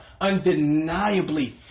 undeniably